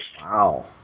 wow